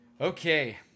Okay